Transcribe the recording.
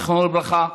זיכרונו לברכה,